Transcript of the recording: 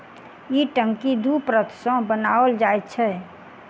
ई टंकी दू परत सॅ बनाओल जाइत छै